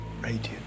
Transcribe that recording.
Radiant